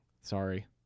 sorry